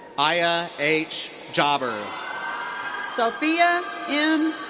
aayah h. jaber. sophia m.